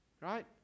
right